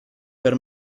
per